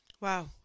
Wow